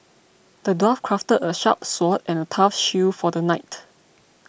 the dwarf crafted a sharp sword and a tough shield for the knight